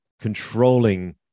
controlling